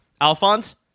Alphonse